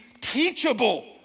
teachable